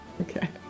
Okay